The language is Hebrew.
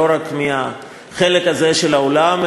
לא רק מהחלק הזה של האולם,